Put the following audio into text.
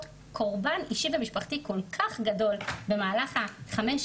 קורבן אישי ומשפחתי כל כך גדול במהלך החמש,